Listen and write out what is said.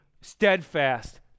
steadfast